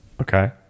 Okay